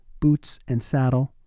bootsandsaddle